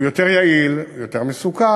הוא יותר יעיל, יותר מסוכן.